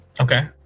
okay